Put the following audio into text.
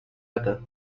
other